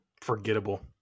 Forgettable